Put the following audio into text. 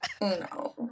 No